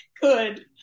Good